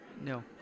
No